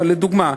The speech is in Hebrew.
אבל לדוגמה,